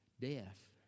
death